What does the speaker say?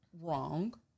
wrong